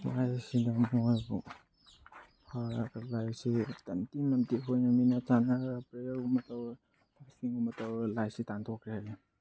ꯂꯥꯏꯁꯤꯗ ꯃꯣꯏꯕꯨ ꯐꯥꯔꯒ ꯂꯥꯏꯁꯦ ꯍꯣꯠꯅꯃꯤꯟꯅ ꯇꯥꯟꯅꯔ ꯄ꯭ꯔꯦꯌꯔꯒꯨꯝꯕ ꯇꯧꯔ ꯑꯁꯤꯒꯨꯝꯕ ꯇꯧꯔ ꯂꯥꯏꯁꯦ ꯇꯥꯟꯊꯣꯛꯈ꯭ꯔꯦ ꯍꯥꯏꯌꯦ